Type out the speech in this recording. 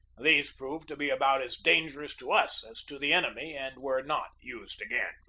these proved to be about as dangerous to us as to the enemy and were not used again.